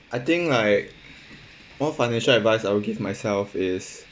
I think like one financial advice I will give myself is